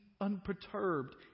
Unperturbed